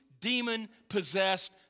demon-possessed